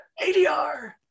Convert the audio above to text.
ADR